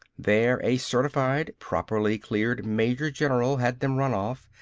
there a certified, properly cleared major-general had them run off,